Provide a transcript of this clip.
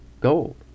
gold